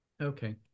Okay